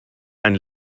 ein